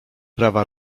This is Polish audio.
prawa